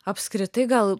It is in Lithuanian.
apskritai gal